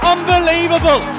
Unbelievable